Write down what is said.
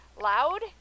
loud